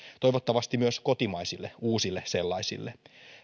toivottavasti myös kotimaisille uusille sellaisille